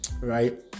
right